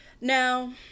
Now